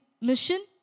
mission